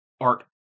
art